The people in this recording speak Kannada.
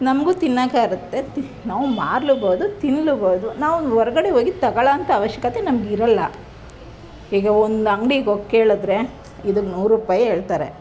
ನಮಗೂ ತಿನ್ನೋಕ್ಕಾಗುತ್ತೆ ನಾವು ಮಾರಲೂಬೋದು ತಿನ್ನಲೂಬೋದು ನಾವು ಹೊರ್ಗಡೆ ಹೋಗಿ ತೊಗೊಳ್ಳುವಂಥ ಅವಶ್ಯಕತೆ ನಮ್ಗೆ ಇರೋಲ್ಲ ಈಗ ಒಂದು ಅಂಗ್ಡಿಗೆ ಹೋಗಿ ಕೇಳಿದ್ರೆ ಇದಕ್ಕೆ ನೂರು ರೂಪಾಯಿ ಹೇಳ್ತಾರೆ